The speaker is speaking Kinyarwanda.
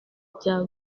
cya